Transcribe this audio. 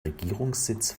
regierungssitz